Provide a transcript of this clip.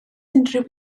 unrhyw